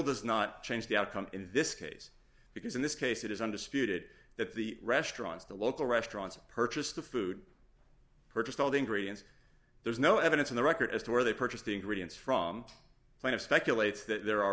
does not change the outcome in this case because in this case it is undisputed that the restaurants the local restaurants purchased the food purchased all the ingredients there's no evidence on the record as to where they purchased the ingredients from point of speculates that there are